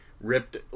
ripped